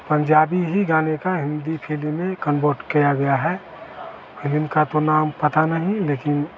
पंजाबी ही गाने का हिन्दी फिलिम में कन्वर्ट किया गया है फिलिम का तो नाम पता नहीं लेकिन